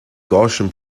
gaussian